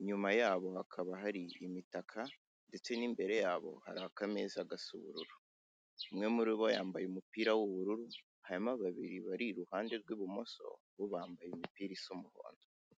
Inyuma yabo hakaba hari imitaka ndetse n'imbere yabo hari akameza gasa ubururu. Umwe muri bo yambaye umupira w'ubururu hanyuma babiri bari iruhande rw'ibumoso bo bambaye imipira isa umuhondo.